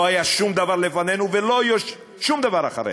לא היה שום דבר לפנינו ולא יהיה שום דבר אחרינו.